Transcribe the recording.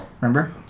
remember